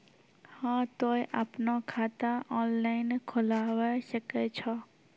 हाँ तोय आपनो खाता ऑनलाइन खोलावे सकै छौ?